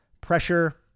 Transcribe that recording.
pressure